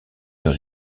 dans